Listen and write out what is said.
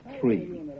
three